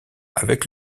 avec